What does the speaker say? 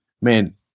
man